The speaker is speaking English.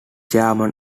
chairman